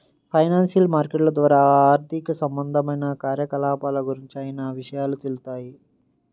financial మార్కెట్ల ద్వారా ఆర్థిక సంబంధమైన కార్యకలాపాల గురించి చానా విషయాలు తెలుత్తాయి